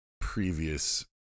previous